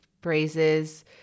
phrases